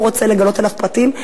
והוא רוצה לגלות עליו פרטים.